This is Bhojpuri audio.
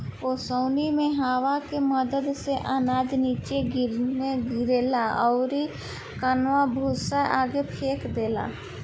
ओसौनी मे हवा के मदद से अनाज निचे लग्गे गिरेला अउरी कन्ना भूसा आगे फेंक देला